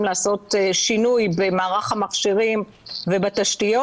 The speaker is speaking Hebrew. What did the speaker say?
לעשות שינוי במערך המכשירים ובתשתיות,